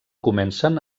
comencen